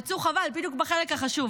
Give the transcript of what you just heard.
הם יצאו בדיוק בחלק החשוב,